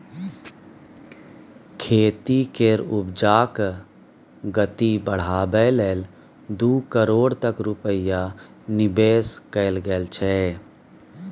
खेती केर उपजाक गति बढ़ाबै लेल दू करोड़ तक रूपैया निबेश कएल गेल छै